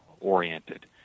oriented